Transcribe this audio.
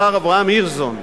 השר אברהם הירשזון,